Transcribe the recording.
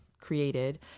created